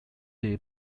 day